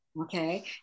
okay